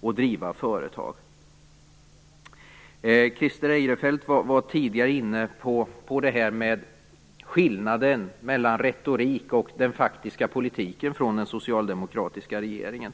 och driva företag. Christer Eirefelt var tidigare inne på skillnaden mellan retorik och faktisk politik när det gäller den socialdemokratiska regeringen.